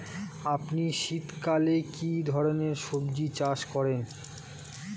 আপনি শীতকালে কী ধরনের সবজী চাষ করেন?